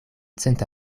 cent